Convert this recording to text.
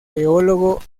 teólogo